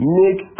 make